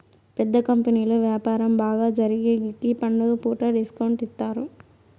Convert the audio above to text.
పెద్ద కంపెనీలు వ్యాపారం బాగా జరిగేగికి పండుగ పూట డిస్కౌంట్ ఇత్తారు